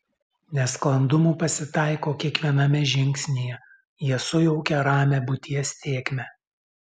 nesklandumų pasitaiko kiekviename žingsnyje jie sujaukia ramią būties tėkmę